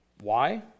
Why